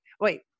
wait